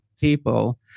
people